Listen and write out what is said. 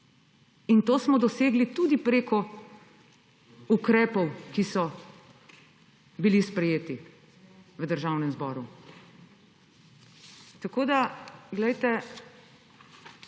To smo dosegli tudi prek ukrepov, ki so bili sprejeti v Državnem zboru. Tako da glejte,